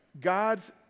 God's